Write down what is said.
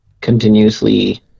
continuously